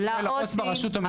זה מופנה לעו"ס ברשות המקומית.